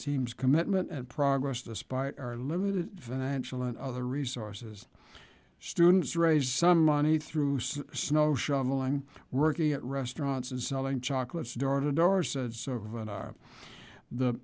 team's commitment and progress despite our limited financial and other resources students raise some money through snow shoveling working at restaurants and selling chocolates door to door